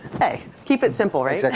hey, keep it simple, right? like